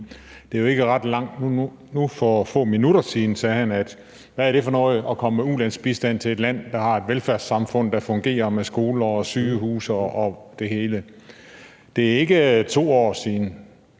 egentlig mener. For få minutter siden sagde han: Hvad er det for noget at komme med ulandsbistand til et land, der har et velfærdssamfund, der fungerer, med skoler og sygehuse og det hele. Det er ikke 2 år siden,